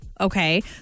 okay